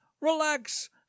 relax